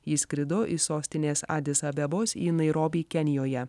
įskrido į sostinės adis abebos į nairobį kenijoje